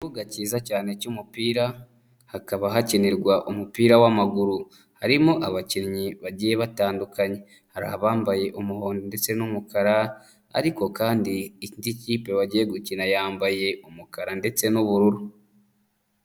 Ikibuga kiza cyane cy'umupira hakaba hakinirwa umupira w'amaguru. Harimo abakinnyi bagiye batandukanye, hari abambaye umuhondo ndetse n'umukara ariko kandi indi kipe bagiye gukina yambaye umukara ndetse n'ubururu.